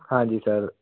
ਹਾਂਜੀ ਸਰ